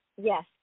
Yes